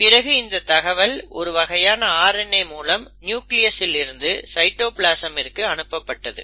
பிறகு இந்த தகவல் ஒரு வகையான RNA மூலம் நியூக்ளியஸ் இல் இருந்து சைட்டோபிளாசமிற்கு அனுப்பப்பட்டது